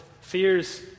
fears